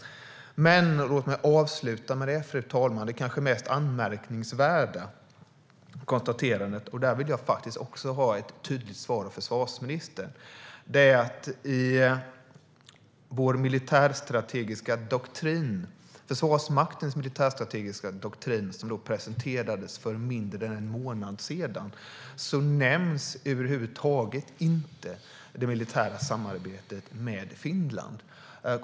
Låt mig avsluta, fru talman, med det kanske mest anmärkningsvärda konstaterandet. Där vill jag faktiskt ha ett tydligt svar av försvarsministern. I vår militärstrategiska doktrin, Försvarsmaktens militärstrategiska doktrin, som presenterades för mindre än en månad sedan nämns över huvud taget inte det militära samarbetet med Finland.